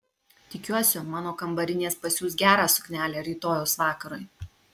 tikiuosi mano kambarinės pasiūs gerą suknelę rytojaus vakarui